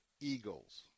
eagles